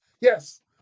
Yes